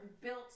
built